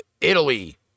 Italy